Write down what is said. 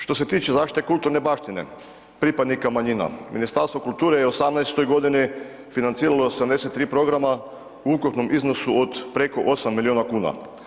Što se tiče zaštite kulturne baštine pripadnika manjina, Ministarstvo kulture je u 2018. g. financiralo 73 programa u ukupnom iznosu od preko 8 milijuna kuna.